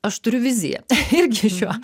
aš turiu viziją irgi šiuo